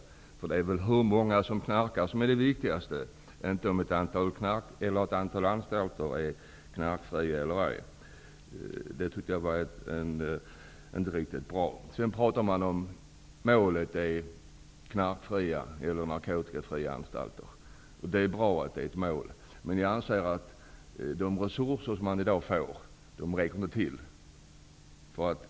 Det intressanta är hur många som knarkar -- inte det faktum att ett antal anstalter är knarkfria. Den statistiken var inte riktigt belysande. Sedan sägs det i svaret att målet är narkotikafria anstalter. Det är bra att det är ett mål. Men jag anser att de resurser man i dag får inte räcker till.